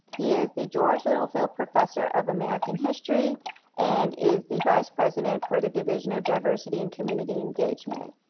he is the george littlefield professor of american history and is the vice president for the division of diversity and community engagement.